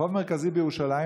רחוב מרכזי בירושלים,